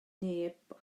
neb